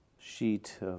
sheet